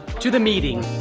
to the meeting.